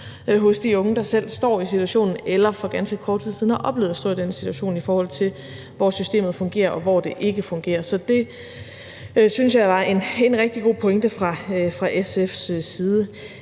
hos de unge, der selv står i situationen, eller som for ganske kort tid siden har oplevet at stå i den situation, i forhold til hvor systemet fungerer, og hvor det ikke fungerer. Så det synes jeg var en god pointe fra SF's side.